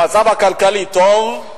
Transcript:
המצב הכלכלי טוב,